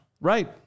Right